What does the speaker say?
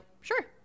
sure